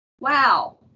wow